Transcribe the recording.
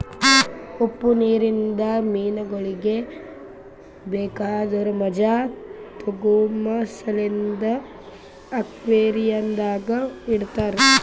ಉಪ್ಪು ನೀರಿಂದ ಮೀನಗೊಳಿಗ್ ಬೇಕಾದುರ್ ಮಜಾ ತೋಗೋಮ ಸಲೆಂದ್ ಅಕ್ವೇರಿಯಂದಾಗ್ ಇಡತಾರ್